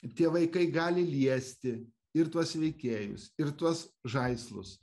tie vaikai gali liesti ir tuos veikėjus ir tuos žaislus